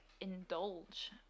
indulge